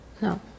No